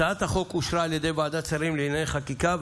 הצעת החוק אושרה על ידי ועדת שרים לענייני חקיקה,